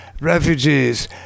refugees